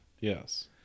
Yes